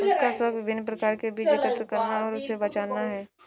उसका शौक विभिन्न प्रकार के बीज एकत्र करना और उसे बचाना है